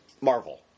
Marvel